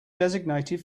designated